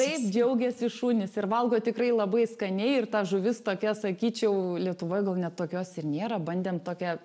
taip džiaugiasi šunys ir valgo tikrai labai skaniai ir ta žuvis tokia sakyčiau lietuvoj gal net tokios ir nėra bandėm tokią